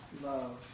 Love